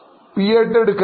PAT എടുക്കുമോ